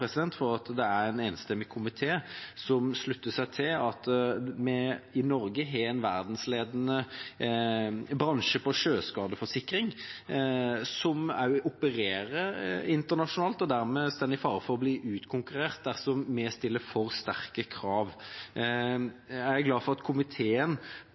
at det er en enstemmig komité som slutter seg til at vi i Norge har en verdensledende bransje innen sjøskadeforsikring, som også opererer internasjonalt og dermed står i fare for å bli utkonkurrert dersom vi stiller for sterke krav. Jeg er glad for at komiteen